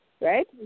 Right